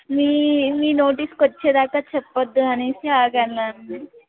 మీ మీ నోటీస్కొచ్చేదాకా చెప్పొద్దు అనేసి ఆగాము